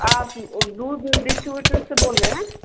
आप वो दूध डिस्ट्रिब्यूटर से बोल रहे हैं